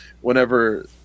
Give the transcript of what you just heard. whenever